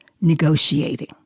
negotiating